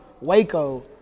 Waco